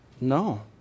No